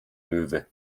löwe